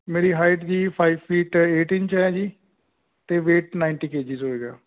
ਮੇਰੀ ਹਾਈਟ ਜੀ five feet eight inch ਹੈ ਜੀ ਅਤੇ ਵੇਟ ਨਾਈਟੀ ਕੇ ਜੀ ਹੋਏਗਾ